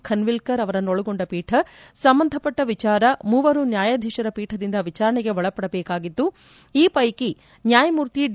ಖನ್ವಿಲ್ಕರ್ ಅವರನ್ನು ಒಳಗೊಂಡ ಪೀಕ ಸಂಬಂಧಪಟ್ಟ ವಿಚಾರ ಮೂವರು ನ್ಯಾಯಧೀಶರ ಪೀಠದಿಂದ ವಿಚಾರಣೆಗೆ ಒಳಪಡಬೇಕಾಗಿದ್ದು ಆ ಪೈಕಿ ನ್ಯಾಯಮೂರ್ತಿ ಡಿ